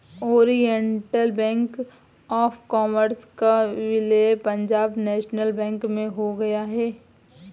Oriental bank of commerce का विलय Punjab national bank में हो गया है